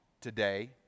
today